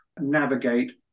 navigate